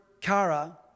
kara